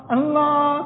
Allah